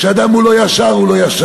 כשאדם הוא לא ישר, הוא לא ישר.